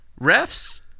refs